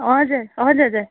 हजुर हजुर हजुर